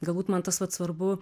galbūt man tas vat svarbu